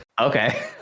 Okay